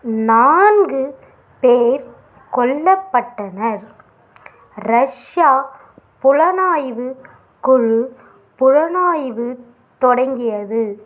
நான்கு பேர் கொல்லப்பட்டனர் ரஷ்யா புலனாய்வு குழு புலனாய்வு தொடங்கியது